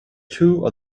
two